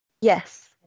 Yes